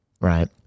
right